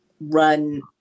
run